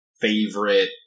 favorite